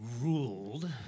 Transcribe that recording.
ruled